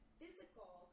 physical